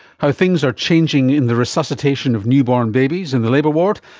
how things are changing in the resuscitation of newborn babies in the labour ward,